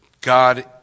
God